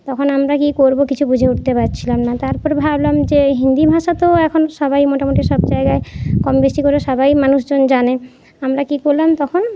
তখন আমরা কি করবো কিছুই বুঝে উঠতে পারছিলাম না তারপরে ভাবলাম যে হিন্দি ভাষা তো এখন সবাই মোটামোটি সব জায়গায় কম বেশি করে সবাই মানুষজন জানে আমরা কি করলাম তখন